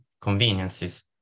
conveniences